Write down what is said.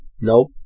Nope